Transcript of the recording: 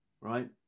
Right